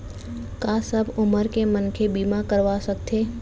का सब उमर के मनखे बीमा करवा सकथे?